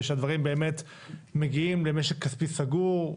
ושהדברים מגיעים במשק כספי סגור,